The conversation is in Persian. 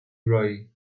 راهی